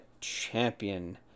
champion